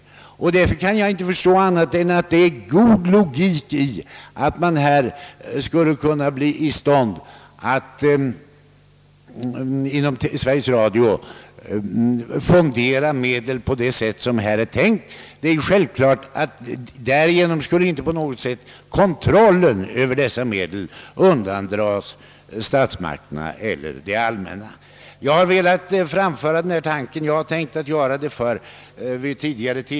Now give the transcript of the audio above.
Jag kan därför inte förstå annat än att det ligger god logik i tanken att Sveriges Radio skulle få fondera medel på det sätt som föreslagits. Kontrollen över medlen skulle därigenom inte på något sätt undandras det allmänna. Jag har tänkt beröra denna sak tidigare.